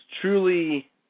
truly